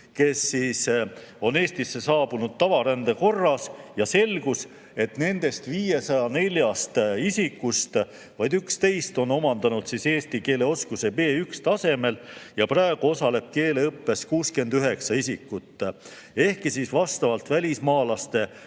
kes on Eestisse saabunud tavarände korras. Selgus, et nendest 504 isikust vaid 11 on omandanud eesti keele oskuse B1-tasemel ja praegu osaleb keeleõppes 69 isikut. Ehkki vastavalt välismaalasele